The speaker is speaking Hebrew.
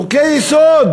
חוקי-יסוד,